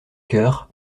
coeur